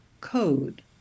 code